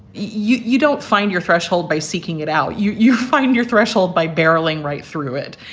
you you don't find your threshold by seeking it out. you you find your threshold by barreling right through it.